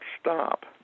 stop